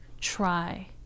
try